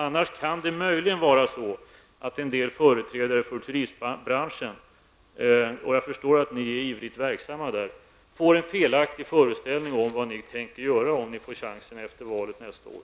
Annars kan det möjligen vara så, att en del företrädare för turistbranschen -- och jag förstår att ni är ivrigt verksamma där -- får en felaktig föreställning om vad ni tänker göra, om ni får chansen efter valet nästa år.